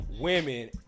women